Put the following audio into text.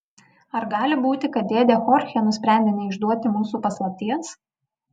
ar gali būti kad dėdė chorchė nusprendė neišduoti mūsų paslapties